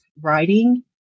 writing